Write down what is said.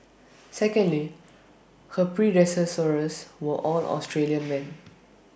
secondly her predecessors were all Australian men